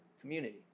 community